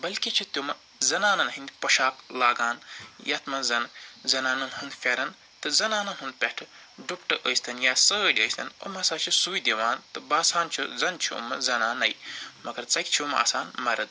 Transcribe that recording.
بٔلکہِ چھِ تِم زنانَن ہنٛدۍ پۄشاک لاگان یَتھ منٛز زن زنانَن ہنٛد پھیٚرن تہٕ زنانَن ہُنٛد پٮ۪ٹھہٕ ڈُپٹہٕ ٲسۍ تن یا سٲڈۍ ٲسۍ تن یِم ہَسا چھِ سُے دِوان تہٕ باسان چھُ زن چھِ یِم زنانٔے مگر ژَکہِ چھِ یِم آسان مرٕد